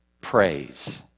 praise